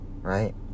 right